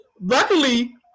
luckily